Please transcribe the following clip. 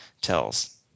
tells